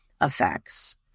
effects